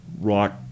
rock